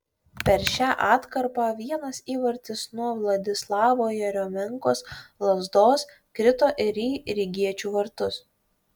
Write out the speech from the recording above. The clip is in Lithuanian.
per šią atkarpą vienas įvartis nuo vladislavo jeriomenkos lazdos krito ir į rygiečių vartus